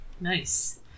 Nice